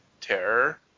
Terror